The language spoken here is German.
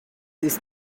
ist